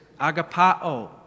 agapao